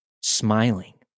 smiling